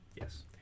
Yes